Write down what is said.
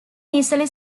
easily